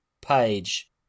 page